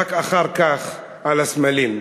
ורק אחר כך על הסמלים.